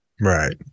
Right